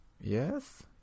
Yes